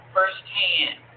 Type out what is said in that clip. firsthand